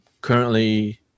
currently